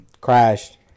Crashed